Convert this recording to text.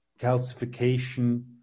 calcification